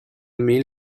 mill